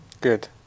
good